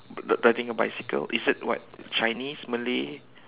r~ riding a bicycle is it what Chinese Malay